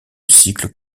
cycles